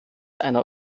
einer